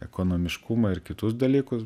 ekonomiškumą ir kitus dalykus